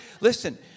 Listen